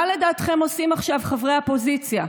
מה לדעתכם עושים עכשיו חברי האופוזיציה?